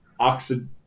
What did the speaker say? oxid –